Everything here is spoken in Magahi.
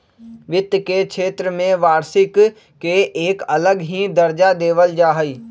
वित्त के क्षेत्र में वार्षिक के एक अलग ही दर्जा देवल जा हई